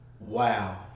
Wow